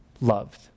loved